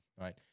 right